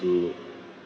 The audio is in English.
to